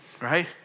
right